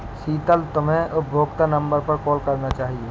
शीतल, तुम्हे उपभोक्ता नंबर पर कॉल करना चाहिए